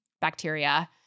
bacteria